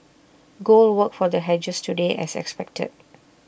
gold worked for the hedgers today as expected